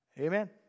Amen